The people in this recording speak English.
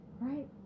right